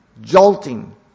jolting